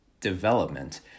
development